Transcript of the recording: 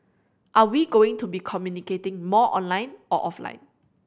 are we going to be communicating more online or offline